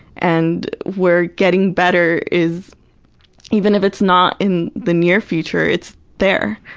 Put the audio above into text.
and where getting better is even if it's not in the near future, it's there.